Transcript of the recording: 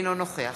אינו נוכח